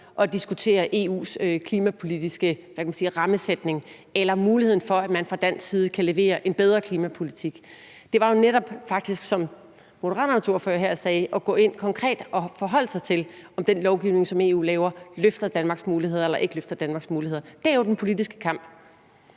at diskutere EU's klimapolitiske, hvad kan man sige, rammesætning eller muligheden for, at man fra dansk side kan levere en bedre klimapolitik? Det er jo netop – faktisk som Moderaternes ordfører her sagde – at gå ind konkret og forholde sig til, om den lovgivning, som EU laver, løfter Danmarks muligheder eller ikke løfter Danmarks muligheder. Det er jo den politiske kamp.